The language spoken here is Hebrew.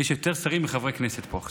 יש יותר שרים מחברי כנסת פה עכשיו.